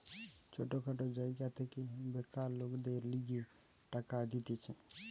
ছোট খাটো জায়গা থেকে বেকার লোকদের লিগে টাকা দিতেছে